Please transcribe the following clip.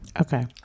Okay